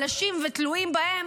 חלשים ותלויים בהם,